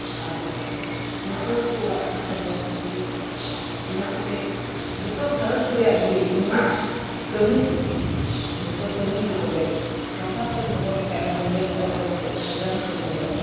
ᱟᱨ ᱢᱩᱪᱷᱟᱹᱣ ᱠᱩ ᱚᱲᱟᱜᱠᱩ ᱥᱟᱯᱷᱟ ᱥᱟᱹᱯᱷᱤ ᱤᱟᱱᱹ ᱠᱟᱛᱮᱜ ᱡᱚᱛᱚ ᱜᱷᱟᱨᱚᱧ ᱨᱮᱭᱟᱜᱜᱤ ᱢᱤᱢᱤᱫ ᱠᱟᱹᱢᱤ ᱠᱩᱜᱤ ᱡᱚᱛᱚ ᱠᱟᱹᱢᱤᱜᱤ ᱵᱚᱞᱮ ᱥᱟᱶᱦᱟᱛᱮᱢ ᱫᱚᱦᱚᱞᱮᱠᱦᱟᱡ ᱚᱱᱟᱫᱚ ᱧᱮᱞᱡᱚᱝ ᱨᱮ ᱢᱤᱫᱴᱮᱡ ᱥᱟᱡᱟᱱᱛᱚ ᱧᱮᱞᱚᱜᱼᱟ